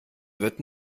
wird